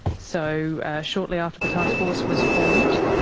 so shortly after the taskforce was formed?